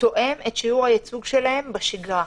תואם את שיעור הייצוג שלהם בשגרה.